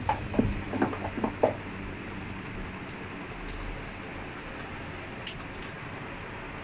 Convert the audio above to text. I didn't see look it's eighties ninety seventh like they quite crazy lah